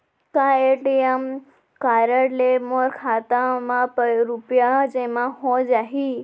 का ATM card ले मोर खाता म रुपिया जेमा हो जाही?